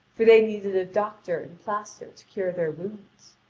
for they needed a doctor and piaster to cure their wounds.